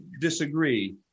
disagree